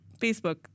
Facebook